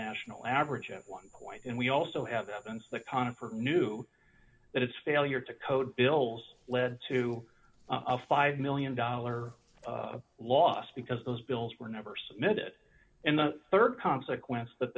national average at one point and we also have evidence that confort knew that its failure to code bills led to a five million dollars loss because those bills were never submitted and the rd consequence that